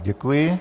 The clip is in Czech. Děkuji.